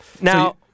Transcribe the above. Now